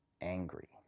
angry